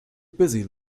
busy